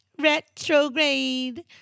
retrograde